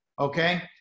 okay